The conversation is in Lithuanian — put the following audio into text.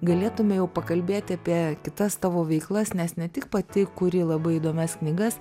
galėtume jau pakalbėti apie kitas tavo veiklas nes ne tik pati kuri labai įdomias knygas